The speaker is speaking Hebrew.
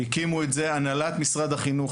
הקימו את זה הנהלת משרד החינוך,